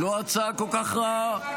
לא הצעה כל כך רעה.